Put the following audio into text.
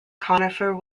conifer